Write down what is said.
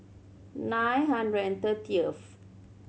nine hundred and thirtieth